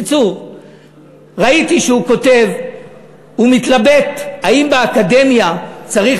וראיתי שהוא כותב ומתלבט האם באקדמיה צריך